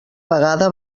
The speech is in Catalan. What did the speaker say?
vegada